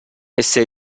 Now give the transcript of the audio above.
essere